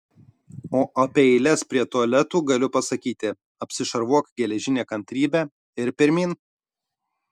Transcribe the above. o apie eiles prie tualetų galiu pasakyti apsišarvuok geležine kantrybe ir pirmyn